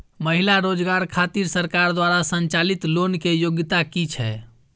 महिला रोजगार खातिर सरकार द्वारा संचालित लोन के योग्यता कि छै?